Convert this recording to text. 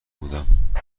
بودم